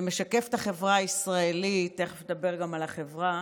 שמשקף את החברה הישראלית, תכף נדבר גם על החברה,